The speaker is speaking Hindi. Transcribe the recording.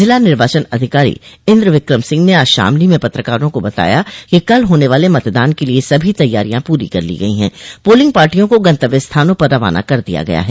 जिला निर्वाचन अधिकारी इन्द्र विक्रम सिंह ने आज शामली में पत्रकारों को बताया कि कल मतदान के लिए सभी तैयारियां पूरी कर ली गई है पोलिंग पार्टियों को गंतव्य स्थानों पर रवाना कर दिया गया है